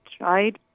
right